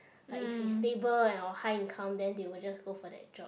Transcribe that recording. like if it's stable and or high income then they will just go for that job